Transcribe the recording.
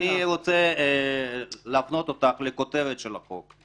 אני רוצה להפנות אותך לכותרת של החוק.